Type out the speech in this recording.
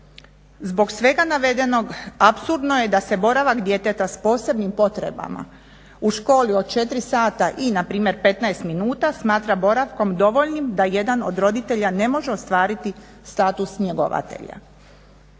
Zbog svega navedenog apsurdno je da se boravak djeteta s posebnim potrebama u školi od 4 sata i npr. 15 minuta smatra boravkom dovoljnim da jedan od roditelja ne može ostvariti status njegovatelja.